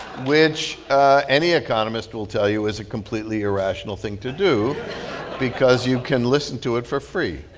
which any economist will tell you is a completely irrational thing to do because you can listen to it for free